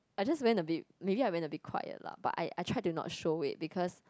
I just went a bit maybe I went a bit quiet lah but I I try to not show it because